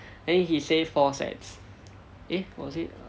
then he say four sets eh or is it